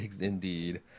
indeed